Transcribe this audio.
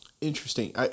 Interesting